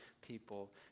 people